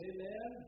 Amen